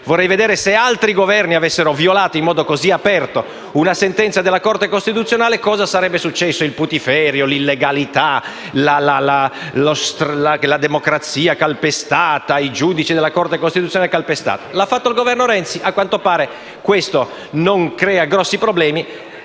Vorrei vedere se altri Governi avessero violato in modo così aperto una sentenza della Corte costituzionale cosa sarebbe successo: un putiferio, «l'illegalità», «la democrazia calpestata», «i giudici della Corte costituzionale calpestati». L'ha fatto il Governo Renzi e, a quanto pare, questo non crea grossi problemi